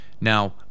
now